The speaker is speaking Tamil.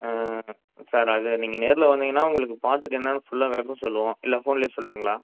சார் அது நீங்கள் நேரில் வந்திங்கன்னா உங்களுக்கு பார்த்துட்டு என்னென்னு ஃபுல்லாக விளக்கம் சொல்வோம் இல்லை ஃபோன்லேயே சொல்லட்டுங்களா